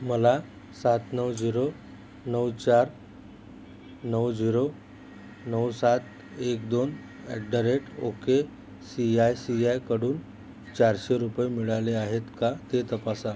मला सात नऊ झिरो नऊ चार नऊ झिरो नऊ सात एक दोन at the rate ok C I C आयकडून चारशे रुपये मिळाले आहेत का ते तपासा